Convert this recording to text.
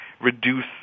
reduce